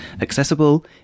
accessible